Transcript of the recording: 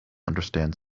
understand